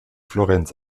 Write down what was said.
florenz